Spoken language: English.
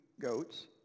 goats